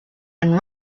and